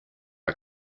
are